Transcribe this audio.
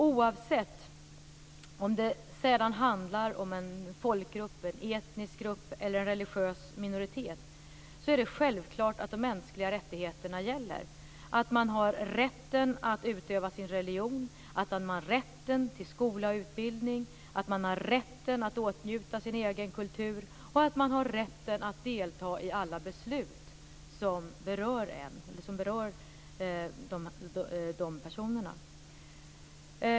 Oavsett om det sedan handlar om en folkgrupp, en etnisk grupp eller en religiös minoritet, är det självklart att de mänskliga rättigheterna gäller. Man skall ha rätten att utöva sin religion. Man skall ha rätten till skola och utbildning. Man skall ha rätten att åtnjuta sin egen kultur, och man skall ha rätten att delta i alla beslut som berör en.